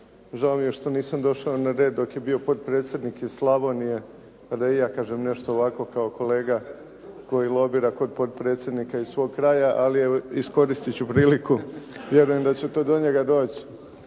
Žao mi je što nisam došao na red dok je bio potpredsjednik iz Slavonije, pa da i ja kažem nešto ovako kao kolega koji lobira kod potpredsjednika iz svog kraja, ali evo iskoristit ću priliku. Vjerujem da će to do njega doći.